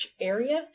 area